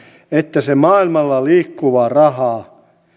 että se maailmalla liikkuva raha